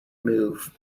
move